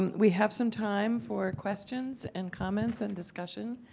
we have some time for questions and comments and discussion.